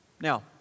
Now